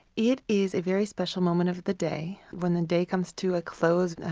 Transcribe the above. it is a very special moment of the day. when the day comes to a close,